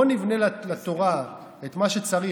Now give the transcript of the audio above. בוא נבנה לתורה את מה שצריך,